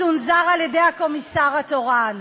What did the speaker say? צונזר על-ידי הקומיסר התורן.